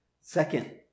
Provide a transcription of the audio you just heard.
Second